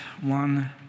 one